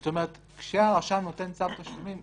זאת אומרת: כשהרשם נותן צו תשלומים,